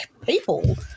people